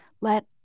let